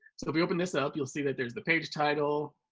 so if we open this up, you will see that there's the page title.